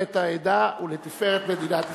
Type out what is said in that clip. לתפארת העדה ולתפארת מדינת ישראל.